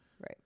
Right